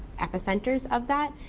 epicenters of that.